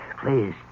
please